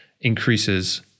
increases